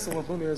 עשר, נתנו לי עשר.